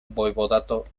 voivodato